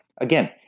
Again